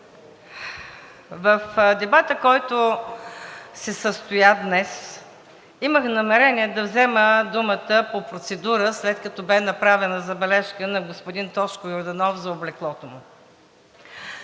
В дебата, който се състоя днес, имах намерение да взема думата по процедура, след като бе направена забележка на господин Тошко Йорданов за облеклото му,